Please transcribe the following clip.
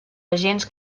agents